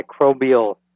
microbial